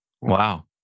Wow